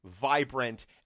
vibrant